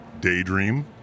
Daydream